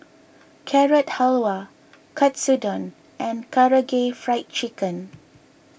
Carrot Halwa Katsudon and Karaage Fried Chicken